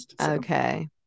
Okay